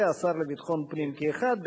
והשר לביטחון הפנים כאחד,